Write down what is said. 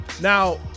Now